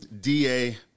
DA